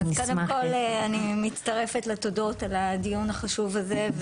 אז קודם כל אני מצטרפת לתודות על הדיון החשוב הזה.